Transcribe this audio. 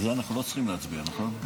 על זה אנחנו לא צריכים להצביע, נכון?